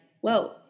whoa